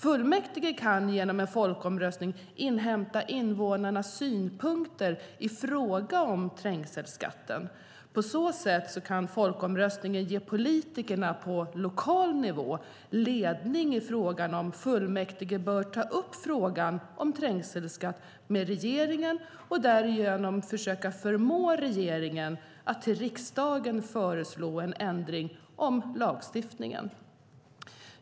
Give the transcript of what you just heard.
Fullmäktige kan genom en folkomröstning inhämta invånarnas synpunkter i fråga om trängselskatten. På så sätt kan folkomröstningen ge politikerna på lokal nivå ledning i frågan om fullmäktige bör ta upp frågan om trängselskatt med regeringen och därigenom försöka förmå regeringen att till riksdagen föreslå en ändring av lagstiftningen.